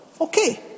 Okay